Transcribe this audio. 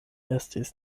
estis